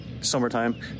summertime